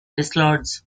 dislodge